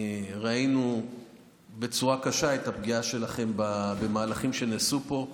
ראינו בצורה קשה את הפגיעה שלכם במהלכים שנעשו פה,